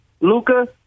Luca